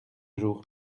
jour